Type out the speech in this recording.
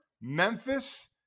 Memphis –